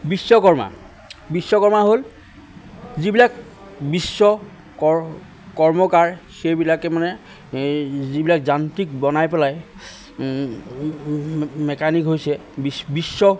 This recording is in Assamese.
বিশ্বকৰ্মা বিশ্বকৰ্মা হ'ল যিবিলাক বিশ্ব ক কৰ্মকাৰ সেইবিলাকে মানে এ যিবিলাক যান্ত্ৰিক বনাই পেলাই মেকানিক হৈছে বিশ বিশ্ব